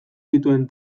dituen